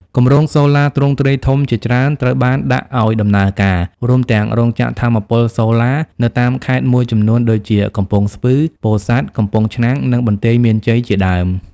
គម្រោងសូឡាទ្រង់ទ្រាយធំជាច្រើនត្រូវបានដាក់ឱ្យដំណើរការ រួមទាំងរោងចក្រថាមពលសូឡានៅតាមខេត្តមួយចំនួនដូចជា កំពង់ស្ពឺ ពោធិ៍សាត់ កំពង់ឆ្នាំង និងបន្ទាយមានជ័យជាដើម។